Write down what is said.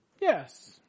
Yes